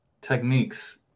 techniques